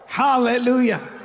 hallelujah